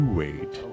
wait